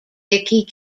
dickey